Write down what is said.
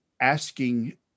asking